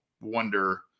wonder